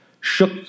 shook